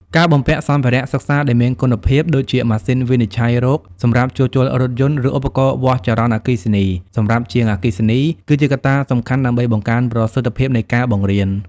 ការបំពាក់សម្ភារៈសិក្សាដែលមានគុណភាព ដូចជាម៉ាស៊ីនវិនិច្ឆ័យរោគសម្រាប់ជួសជុលរថយន្ត ឬឧបករណ៍វាស់ចរន្តអគ្គិសនីសម្រាប់ជាងអគ្គិសនី គឺជាកត្តាសំខាន់ដើម្បីបង្កើនប្រសិទ្ធភាពនៃការបង្រៀន។